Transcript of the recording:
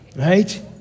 Right